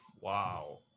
wow